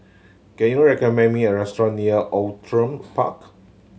can you recommend me a restaurant near Outram Park